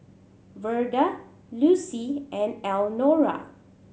Verda Lucy and Elnora